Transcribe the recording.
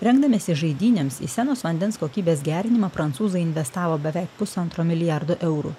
rengdamiesi žaidynėms į senos vandens kokybės gerinimą prancūzai investavo beveik pusantro milijardo eurų